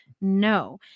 No